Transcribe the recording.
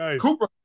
Cooper